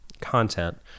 content